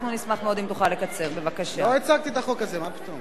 לא הצגתי את החוק הזה, מה פתאום.